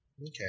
Okay